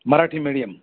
Marathi medium